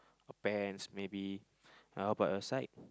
pants maybe how about the side